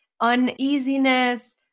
uneasiness